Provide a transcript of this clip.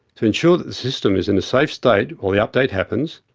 to ensure that the system is in a safe state while the update happens,